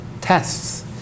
tests